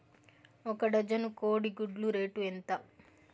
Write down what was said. ఒక డజను కోడి గుడ్ల రేటు ఎంత?